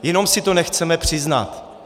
Jenom si to nechceme přiznat.